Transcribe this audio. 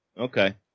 Okay